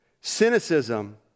cynicism